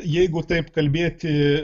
jeigu taip kalbėti